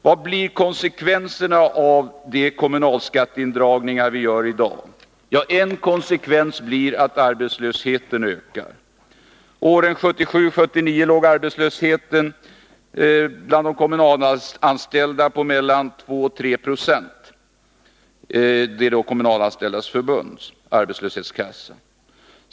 Vad blir konsekvenserna av de kommunalskatteindragningar vi gör i dag? Ja, en konsekvens blir att arbetslösheten ökar. Åren 1977-1979 låg arbetslösheten bland medlemmarna i Kommunalanställdas förbund på mellan 2 och 3 26.